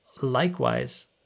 Likewise